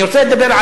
אני רוצה לדבר,